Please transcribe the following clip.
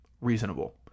reasonable